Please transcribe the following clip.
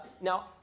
Now